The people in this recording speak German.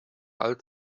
alt